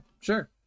Sure